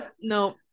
no